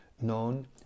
known